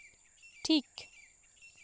ᱴᱷᱤᱠ